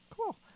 Cool